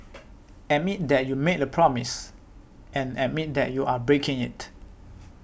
admit that you made a promise and admit that you are breaking it